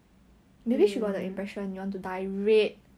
哪里